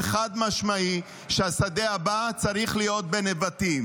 חד-משמעי שהשדה הבא צריך להיות בנבטים"